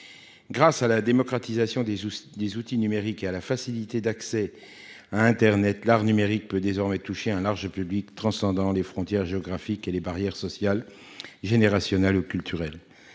Grâce à la démocratisation des outils numériques et à la facilité d'accès à internet, l'art numérique peut désormais toucher un large public, transcendant les frontières géographiques et les barrières sociales, générationnelles et culturelles.